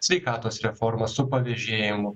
sveikatos reforma su pavežėjimu